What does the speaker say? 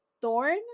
Thorn